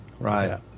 right